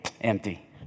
empty